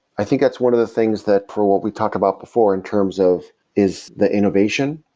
i think that's one of the things that for what we talked about before in terms of is the innovation,